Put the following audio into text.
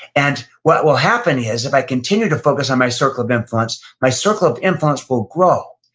and what will happen is, if i continue to focus on my circle of influence, my circle of influence will grow,